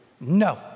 No